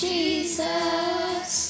Jesus